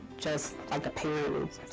just like a parent